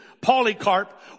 Polycarp